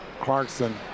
Clarkson